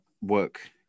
work